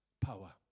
power